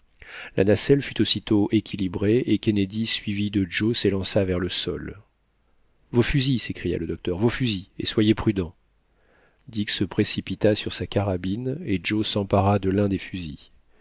la nacelle fut aussitôt équilibrée et kennedy suivi de joe s'élança sur le sol vos fusils s'écria le docteur vos fusils et soyez prudents dick se précipita sur sa carabine et joe s'empara de l'un des fusils